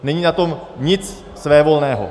Není na tom nic svévolného.